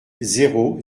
zéro